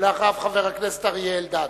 ואחריו חבר הכנסת אריה אלדד.